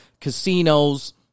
casinos